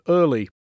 early